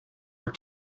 were